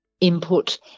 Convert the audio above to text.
input